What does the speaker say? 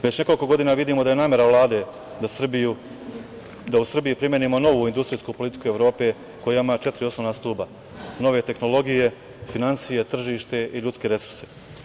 Već nekoliko godina vidimo da je namera Vlade da u Srbiji primenimo novu industrijsku politiku Evrope koja ima četiri osnovna stuba, nove tehnologije, finansije, tržište i ljudske resurse.